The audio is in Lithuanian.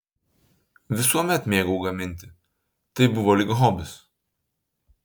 visuomet mėgau gaminti tai buvo lyg hobis